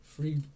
Free